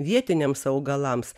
vietiniams augalams